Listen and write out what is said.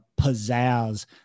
pizzazz